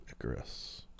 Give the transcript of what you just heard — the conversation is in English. icarus